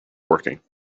working